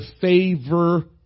favor